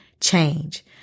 change